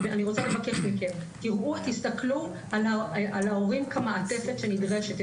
אני רוצה לבקש מכם תסתכלו על ההורים כמעטפת הנדרשת.